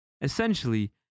Essentially